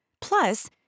Plus